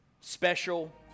special